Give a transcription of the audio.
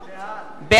בעד